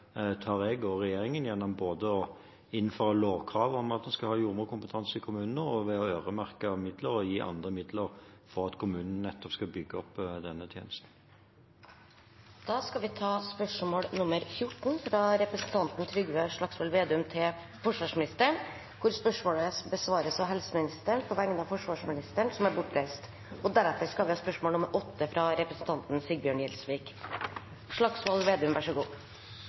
skal være jordmorkompetanse i kommunene og ved å øremerke midler og gi andre midler for at kommunene skal kunne bygge opp denne tjenesten. Da går vi til spørsmål 14. Dette spørsmålet, fra representanten Trygve Slagsvold Vedum til forsvarsministeren, vil bli besvart av helseministeren på vegne av forsvarsministeren, som er bortreist.